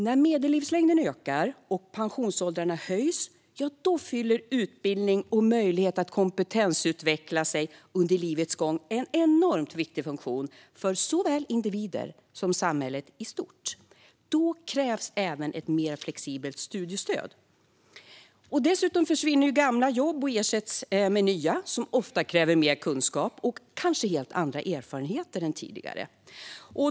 När medellivslängden ökar och pensionsåldrarna höjs fyller utbildning och möjlighet att kompetensutveckla sig under livets gång en enormt viktig funktion för såväl individer som samhället i stort. Då krävs även ett mer flexibelt studiestöd. Dessutom försvinner gamla jobb och ersätts med nya som ofta kräver mer kunskap och kanske helt andra erfarenheter än tidigare.